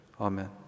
Amen